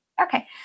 Okay